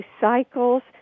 cycles